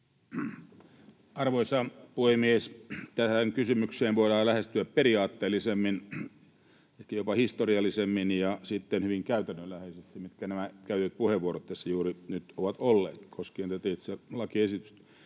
Arvoisa puhemies! Tätä kysymystä voidaan lähestyä periaatteellisemmin, ehkä jopa historiallisemmin ja sitten hyvin käytännönläheisesti, kuten nämä käytetyt puheenvuorot tässä juuri nyt ovat olleet koskien tätä itse lakiesitystä.